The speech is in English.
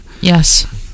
yes